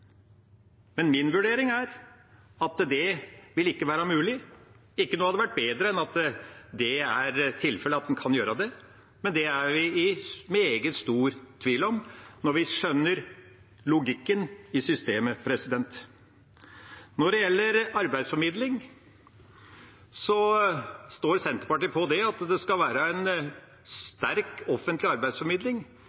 vil være mulig. Ikke noe hadde vært bedre enn at det var tilfellet, men det er vi i meget stor tvil om når vi skjønner logikken i systemet. Når det gjelder arbeidsformidling, står Senterpartiet på at det skal være en